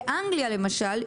באנגליה למשל,